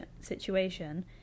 situation